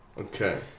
Okay